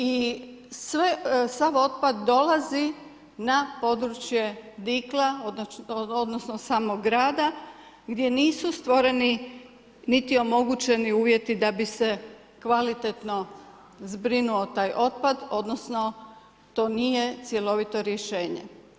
I sav otpad dolazi na područje Dikla, odnosno, samo grada, gdje nisu stvoreni niti omogućeni uvjeti, da bi se kvalitetno zbrinuo taj otpad, odnosno, to nije cjelovito rješenje.